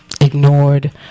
ignored